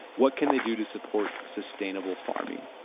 what can they do to support sustainable farming?